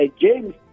James